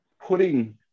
putting